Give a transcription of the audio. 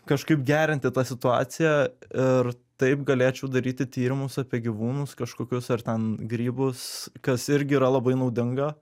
kažkaip gerinti tą situaciją ir taip galėčiau daryti tyrimus apie gyvūnus kažkokius ar ten grybus kas irgi yra labai naudinga